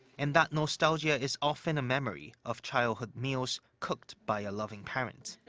and that nostalgia is often a memory of childhood meals cooked by a loving parent.